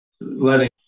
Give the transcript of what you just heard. letting